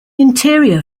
interior